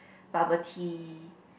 bubble tea